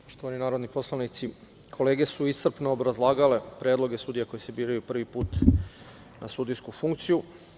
Poštovani narodni poslanici, kolege su iscrpno obrazlagale predloge sudija koji se biraju prvi put na sudijsku funkciju.